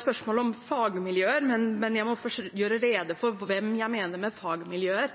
spørsmål om fagmiljøer, må jeg først få gjøre rede for hva jeg mener med fagmiljøer.